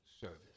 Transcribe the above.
service